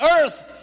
earth